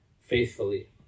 faithfully